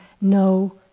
no